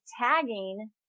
tagging